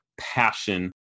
passion